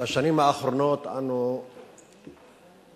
בשנים האחרונות אנו